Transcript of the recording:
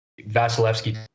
Vasilevsky